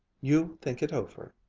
you think it over.